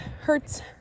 hurts